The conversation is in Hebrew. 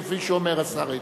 כפי שאומר השר איתן.